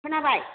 खोनाबाय